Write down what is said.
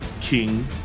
King